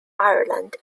ireland